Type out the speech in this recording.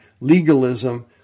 legalism